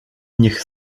niech